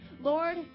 Lord